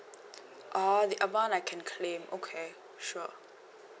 ah the amount I can claim okay sure